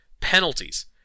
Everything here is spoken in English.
penalties